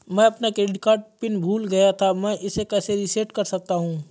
मैं अपना credit card PIN भूल गया था मैं इसे कैसे रीसेट कर सकता हूँ?